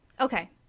Okay